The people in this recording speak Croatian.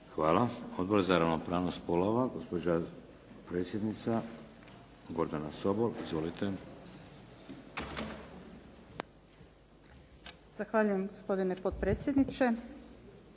Hvala. Odbor za ravnopravnost spolova, gospođa predsjednica Gordana Sobol. Izvolite. **Sobol, Gordana (SDP)** Zahvaljujem gospodine potpredsjedniče.